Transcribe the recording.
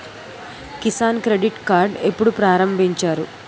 Kisan credit card ఎప్పుడు ప్రారంభించారు?